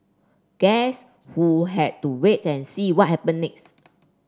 guess who had to wait and see what happen next